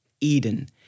Eden